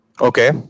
Okay